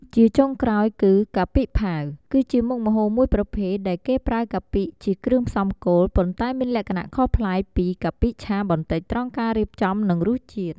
ជាចុងក្រោយគឺ កាពិផាវ គឺជាមុខម្ហូបមួយប្រភេទដែលគេប្រើកាពិជាគ្រឿងផ្សំគោល ប៉ុន្តែមានលក្ខណៈខុសប្លែកពីកាពិឆាបន្តិចត្រង់ការរៀបចំ និងរសជាតិ។